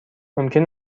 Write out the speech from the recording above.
ممکن